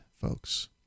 folks